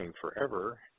forever